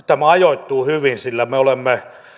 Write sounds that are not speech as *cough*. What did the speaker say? *unintelligible* tämä ajoittuu hyvin sillä me olemme